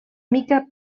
mica